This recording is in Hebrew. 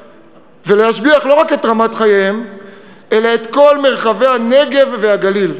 ולהשביח לא רק את רמת חייהם אלא את כל מרחבי הנגב והגליל,